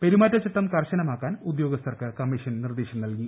പെരുമാറ്റച്ചട്ടം കർശനമാക്കാൻ ഉദ്യോഗസ്ഥർക്ക് കമ്മീഷൻ നിർദ്ദേശം നൽകി